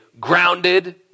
grounded